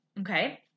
Okay